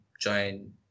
join